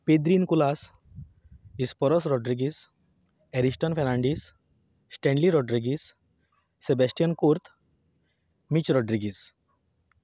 पेद्रीन कुलास इस्पॉरोस रॉड्रिगीज एरिश्टन फेर्नांडीस स्टॅण्ली रॉड्रिगीस सबॅस्टियन कोर्त मीच रॉड्रिगीज